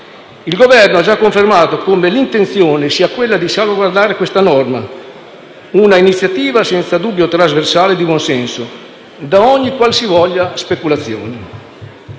il Governo ha già confermato come l'intenzione sia quella di salvaguardare questa norma - una iniziativa senza dubbio trasversale e di buon senso - da qualsivoglia speculazione.